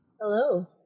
Hello